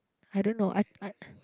I don't know I I